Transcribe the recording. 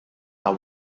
are